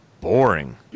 boring